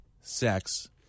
sex